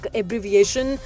abbreviation